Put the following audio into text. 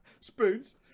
Spoons